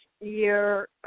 year